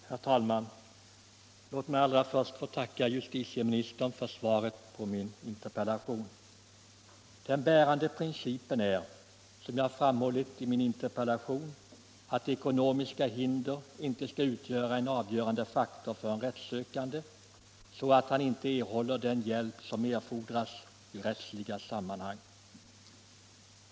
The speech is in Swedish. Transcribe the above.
Herr talman! Låt mig allra först tacka justitieministern för svaret på min interpellation. Den bärande principen är, som jag framhållit i min interpellation, att ekonomiska hinder inte skall utgöra en avgörande faktor för en rättssökande, så att han inte erhåller den hjälp som erfordras i rättsliga sammanhang.